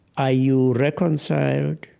are you reconciled?